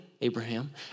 Abraham